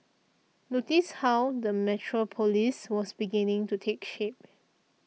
notice how the metropolis was beginning to take shape